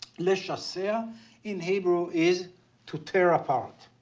l'shasaiah in hebrew is to tear apart